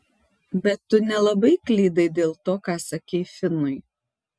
bet tu nelabai klydai dėl to ką sakei finui